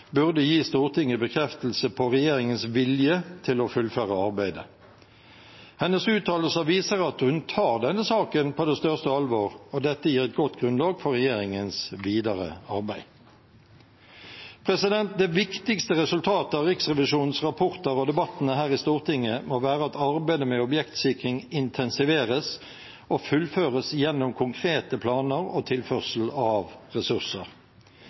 burde gi Stortinget bekreftelse på regjeringens vilje til å fullføre arbeidet. Hennes uttalelser viser at hun tar denne saken på det største alvor, og dette gir et godt grunnlag for regjeringens videre arbeid. Det viktigste resultatet av Riksrevisjonens rapporter og debattene her i Stortinget må være at arbeidet med objektsikring intensiveres og fullføres gjennom konkrete planer og tilførsel av ressurser.